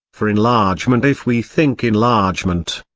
for enlargement if we think enlargement.